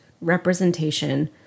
representation